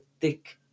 thick